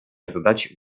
задач